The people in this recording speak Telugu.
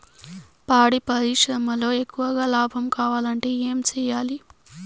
పాడి పరిశ్రమలో ఎక్కువగా లాభం కావాలంటే ఏం చేయాలి?